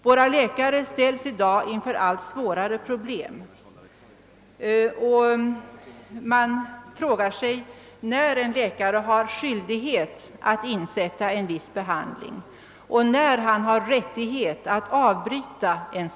Våra läkare ställs i dag inför allt svårare problem, och man frågar sig när en läkare har skyldighet att sätta in en livsuppehållande behandling och när han har rättighet att avbryta den.